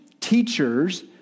teachers